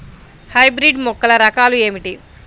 Hybrid మొక్కల రకాలు ఏమిటి?